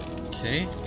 Okay